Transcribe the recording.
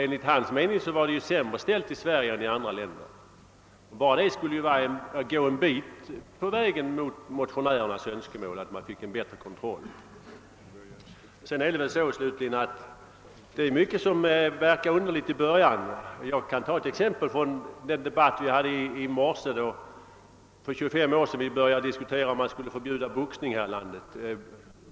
Enligt hans mening var det sämre ställt i detta avseende i Sverige än i andra länder. Att införa en hättre kontroll vore också att tillmötesgå motionärerna en bit. Det är nog mycket som verkar omöjligt till en början. Jag kan ta ett exempel från den debatt som fördes här på förmiddagen. För 25 år sedan började man diskutera om boxningen skulle förbjudas här i landet.